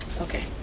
okay